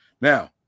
Now